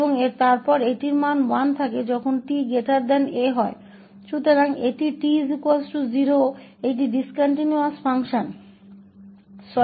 𝑡 𝑎 के लिए इसका मान 0 होता है और 𝑡 𝑎 होने पर इसका मान 1 होता है